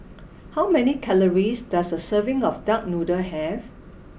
how many calories does a serving of Duck Noodle have